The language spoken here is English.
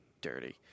Dirty